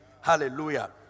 Hallelujah